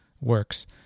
works